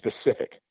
specific